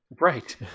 Right